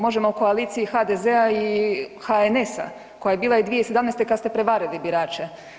Možemo o koaliciji HDZ-a i HNS-a koja je bila i 2017. kada ste prevarili birače.